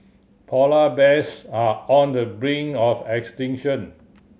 polar bears are on the brink of extinction